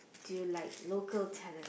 do you like local talent